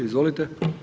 Izvolite.